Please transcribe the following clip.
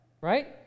Right